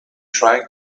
trying